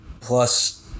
plus